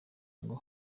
ngo